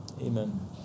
Amen